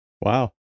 Wow